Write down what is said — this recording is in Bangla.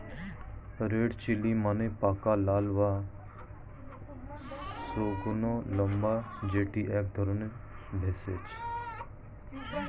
রেড চিলি মানে পাকা লাল বা শুকনো লঙ্কা যেটি এক ধরণের ভেষজ